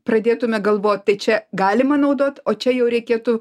pradėtume galvot tai čia galima naudot o čia jau reikėtų